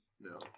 No